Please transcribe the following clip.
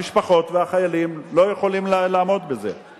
המשפחות והחיילים לא יכולים לעמוד בזה.